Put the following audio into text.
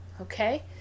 Okay